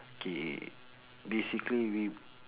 K basically we